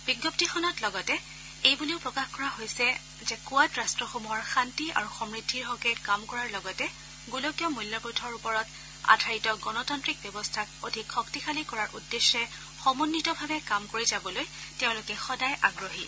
বিজ্ঞপ্তিখনত লগতে এই বুলিও প্ৰকাশ কৰা হৈছে যে কোৱাড ৰাট্টসমূহৰ শান্তি আৰু সন্নদ্ধিৰ হকে কাম কৰাৰ লগতে গোলকীয় মূল্যবোধৰ ওপৰত আধাৰিত গণতান্ত্ৰিক ব্যৱস্থাক অধিক শক্তিশালী কৰাৰ উদ্দেশ্যে সমন্বিতভাৱে কাম কৰি যাবলৈ তেওঁলোক সদায় আগ্ৰহি